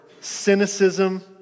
cynicism